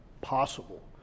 possible